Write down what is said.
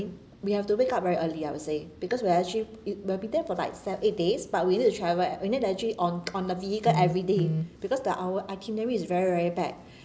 we have to wake up very early I would say because we're actually it we'll be there for like seven eight days but we need to travel we need to actually on on the vehicle everyday because the our itinerary is very very packed